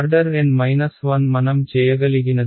order N 1 మనం చేయగలిగినది కాదు